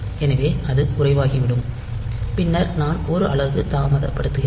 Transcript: எனவே அது குறைவாகிவிடும் பின்னர் நான் ஒரு அலகு தாமதப்படுத்துகிறேன்